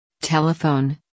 Telephone